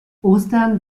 ostern